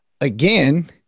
Again